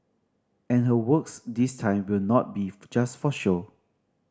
and her works this time will not be just for show